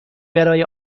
برای